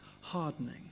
hardening